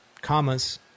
commas